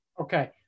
Okay